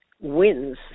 wins